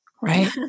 right